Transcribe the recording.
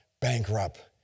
bankrupt